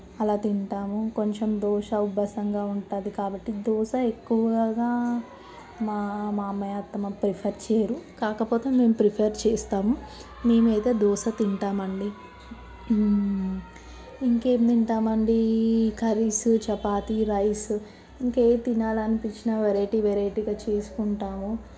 అలా తింటాము కొంచెం దోశ ఉబ్బసంగా ఉంటుంది కాబట్టి దోశ ఎక్కువగా మా మామయ్య అత్తమ్మ ప్రిఫర్ చేయరు కాకపోతే మేము ప్రిపేర్ చేస్తాము మేము అయితే దోశ తింటామండి ఇంకేం తింటామండి కర్రీస్ చపాతి రైస్ ఇంకా ఏది తినాలనిపించినా వెరైటీ వెరైటీగా చేసుకుంటాము